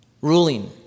ruling